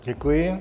Děkuji.